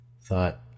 thought